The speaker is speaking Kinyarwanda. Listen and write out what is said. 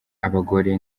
abagore